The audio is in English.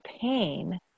pain